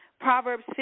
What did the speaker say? Proverbs